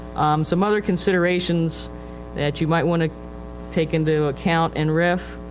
um, some other considerations that you might want to take into account in rif.